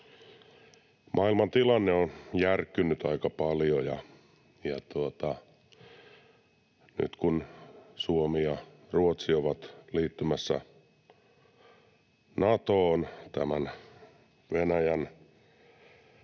Maailmantilanne on järkkynyt aika paljon, ja nyt kun Suomi ja Ruotsi ovat liittymässä Natoon tämän Venäjän Ukrainaan